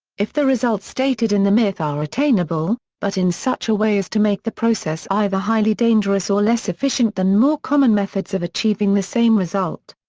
if the results stated in the myth are attainable, but in such a way as to make the process either highly dangerous or less efficient than more common methods of achieving the same result.